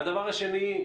דבר שני,